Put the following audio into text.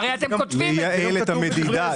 לייעל את המדידה.